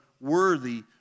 worthy